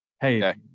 Hey